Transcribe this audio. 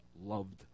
loved